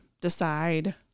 decide